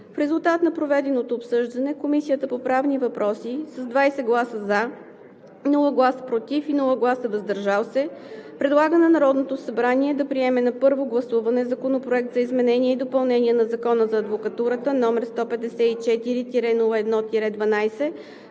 В резултат на проведеното обсъждане Комисията по правни въпроси с 20 гласа „за”, без „против“ и без „въздържал се” предлага на Народното събрание да приеме на първо гласуване Законопроект за изменение и допълнение на Закона за адвокатурата, № 154-01-12,